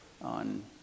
on